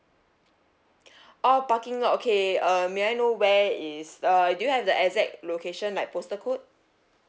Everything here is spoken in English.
orh parking lot okay uh may I know where is uh do you have the exact location like postal code